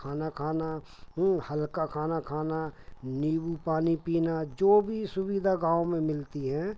खाना खाना हल्का खाना खाना नींबू पानी पीना जो भी सुविधाएँ गाँव में मिलती हैं